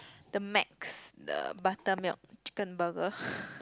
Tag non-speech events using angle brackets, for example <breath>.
the macs the buttermilk chicken burger <breath>